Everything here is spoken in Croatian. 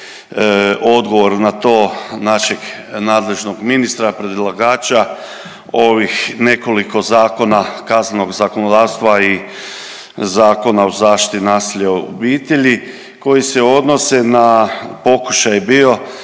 odgovor na to našeg nadležnog ministra predlagača ovih nekoliko zakona kaznenog zakonodavstva i Zakona o zaštiti od nasilja u obitelji koji se odnose na, pokušaj je